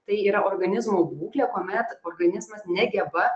tai yra organizmo būklė kuomet organizmas negeba